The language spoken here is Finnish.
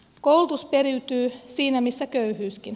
koulutus periytyy siinä missä köyhyyskin